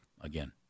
again